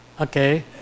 okay